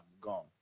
gone